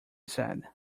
said